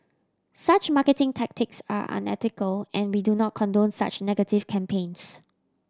such marketing tactics are unethical and we do not condone such negative campaigns